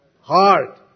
heart